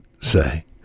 say